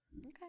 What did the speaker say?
Okay